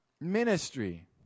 ministry